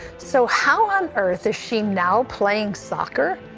so how on earth is she now playing soccer?